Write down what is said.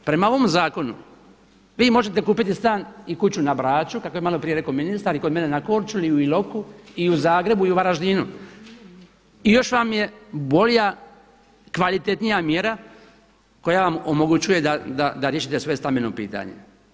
Prema ovom zakonu vi možete kupiti stan i kuću na Braču kako je malo prije rekao ministar i kod mene na Korčuli i u Iloku i u Zagrebu i u Varaždinu i još vam je bolja kvalitetnija mjera koja vam omogućuje da riješite svoje stambeno pitanje.